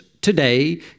today